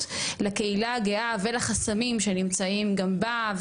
לקהילה הגאה ולחסמים שנמצאים גם בה.